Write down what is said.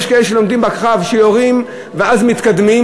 יש כאלה שלומדים בקרב שיורים ואז מתקדמים,